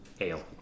ale